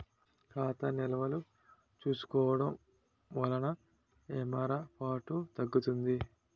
ఖాతా నిల్వలు చూసుకోవడం వలన ఏమరపాటు తగ్గుతుంది